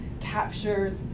captures